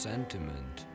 sentiment